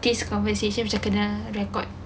case conversation macam kena record